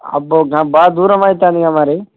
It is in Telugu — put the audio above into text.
అబ్బో గా బాగా దూరం అవుతోందిగా మరి